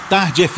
Tarde